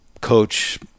coach